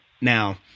Now